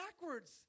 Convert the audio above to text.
backwards